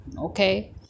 okay